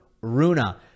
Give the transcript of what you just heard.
Runa